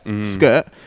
skirt